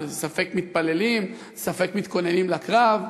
ספק מתפללים ספק מתכוננים לקרב,